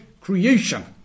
creation